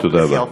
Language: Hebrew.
לחיות.